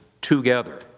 together